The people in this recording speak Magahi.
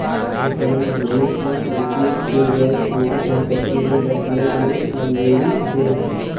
प्राधिकरण भूमि के कृषि से गैर कृषि संपत्ति में बदलय के मंजूरी दे हइ